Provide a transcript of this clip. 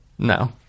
no